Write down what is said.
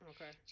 Okay